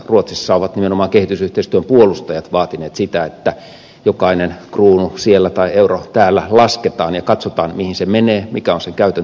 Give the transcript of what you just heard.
ruotsissa ovat nimenomaan kehitysyhteistyön puolustajat vaatineet sitä että jokainen kruunu siellä tai euro täällä lasketaan ja katsotaan mihin se menee mikä on sen käytön tehokkuus